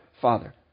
Father